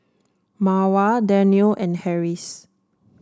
Mawar Daniel and Harris